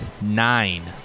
nine